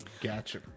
gotcha